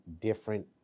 different